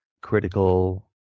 critical